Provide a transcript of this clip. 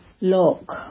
look